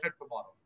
tomorrow